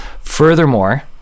Furthermore